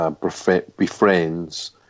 befriends